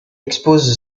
expose